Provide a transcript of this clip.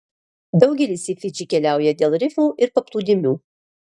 daugelis į fidžį keliauja dėl rifų ir paplūdimių